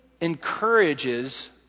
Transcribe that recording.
encourages